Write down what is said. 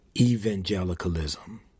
evangelicalism